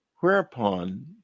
Whereupon